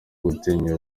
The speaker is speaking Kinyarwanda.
gutinyura